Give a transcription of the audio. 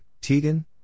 Tegan